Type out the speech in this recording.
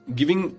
giving